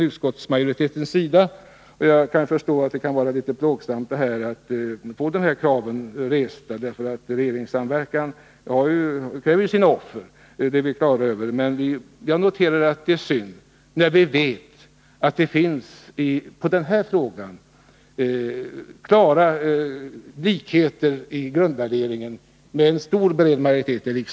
Utskottsmajoriteten har avstyrkt dem, och jag kan förstå att det kan vara litet plågsamt att sådana här krav reses, för en regeringssamverkan kräver ju sina offer. Jag noterar bara att det är synd, för vi vet ju att det i den här riksdagen finns klara likheter i grundvärderingen hos en stor och bred majoritet.